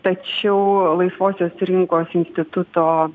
tačiau laisvosios rinkos instituto